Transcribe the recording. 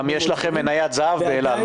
גם יש להם מניית זהב באל על,